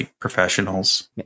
professionals